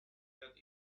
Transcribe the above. that